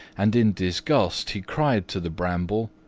and in disgust he cried to the bramble,